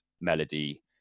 melody